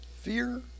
Fear